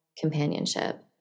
companionship